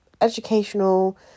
educational